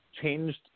changed